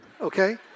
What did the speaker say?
okay